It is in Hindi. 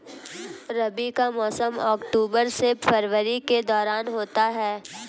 रबी का मौसम अक्टूबर से फरवरी के दौरान होता है